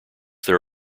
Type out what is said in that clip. there